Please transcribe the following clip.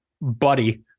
buddy